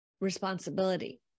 responsibility